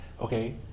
Okay